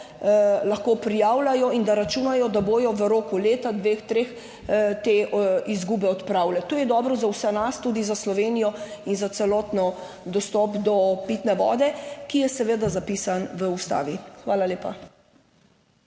lahko prijavljajo in da računajo, da bodo v roku leta, dveh, treh te izgube odpravile. To je dobro za vse nas, tudi za Slovenijo in za celotno dostop do pitne vode, ki je seveda zapisan v Ustavi. Hvala lepa.